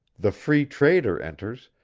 the free trader enters,